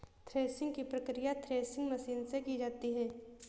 threshing की प्रकिया threshing machine से की जाती है